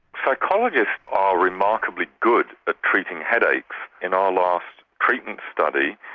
psychologists are remarkably good at treating headaches. in our last treatment study,